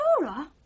Laura